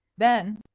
then,